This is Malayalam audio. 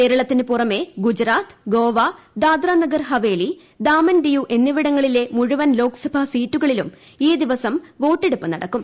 കേരളത്തിനു പുറമെ ഗുജറാത്ത് ഗോവ ദാദ്രാനഗർ ഹവേലി ദാമൻ ദിയു എന്നിവിടങ്ങളിലെ മുഴുവൻ ലോക്സഭാ സീറ്റുകളിലും ഈ ദിവസം വോട്ടെടുപ്പ് നട്ടിക്കും